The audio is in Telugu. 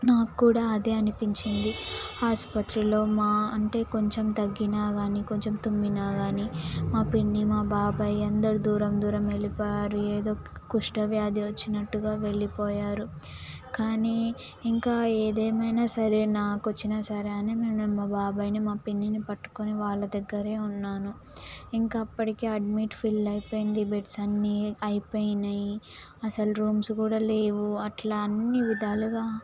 నాకు కూడా అదే అనిపించింది ఆసుపత్రిలో మా అంటే కొంచెం దగ్గిన కాని కొంచెం తుమ్మినా కాని మా పిన్ని మా బాబాయ్ అందరూ దూరం దూరం వెళ్ళిపోయారు ఏదో కుష్ఠు వ్యాధి వచ్చినట్టుగా వెళ్ళిపోయారు కాని ఇంకా ఏదేమైనా సరే నాకు వచ్చినా సరే అని నేను మా బాబాయ్ని మా పిన్నిని పట్టుకొని వాళ్ళ దగ్గరే ఉన్నాను ఇంకా అప్పటికే అడ్మిట్ ఫీల్ అయిపోయింది బెడ్స్ అన్ని అయిపోయినాయి అసలు రూమ్స్ కూడా లేవు అట్ల అన్ని విధాలుగా